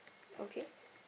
okay